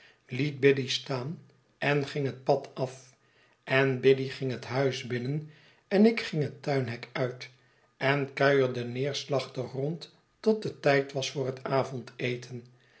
liet biddy staan en ging het pad af en biddy ging het tmis binnen en ik ging het tuinhek uit en kuierde neerslachtig rond tot het tijd was voor het avondeten